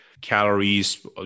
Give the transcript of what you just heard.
calories